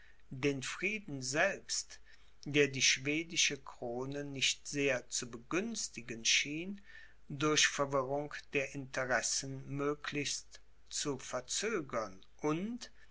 den frieden selbst der die schwedische krone nicht sehr zu begünstigen schien durch verwirrung der interessen möglichst zu verzögern und